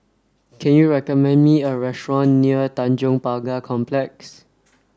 can you recommend me a restaurant near Tanjong Pagar Complex